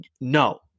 no